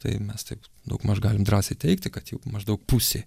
tai mes taip daugmaž galim drąsiai teigti kad jau maždaug pusė